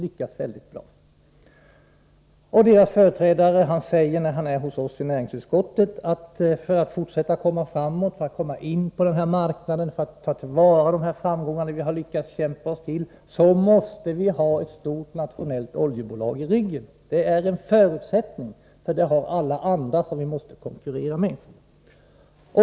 När bolagets företrädare är hos oss i näringsutskottet säger han: För att komma in på marknaden och kunna ta vara på de framgångar som vi har lyckats kämpa oss till, måste vi ha ett stort nationellt oljebolag i ryggen — det är en förutsättning, det har alla andra som vi måste konkurrera med.